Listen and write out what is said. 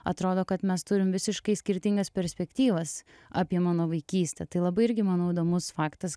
atrodo kad mes turim visiškai skirtingas perspektyvas apie mano vaikystę tai labai irgi manau įdomus faktas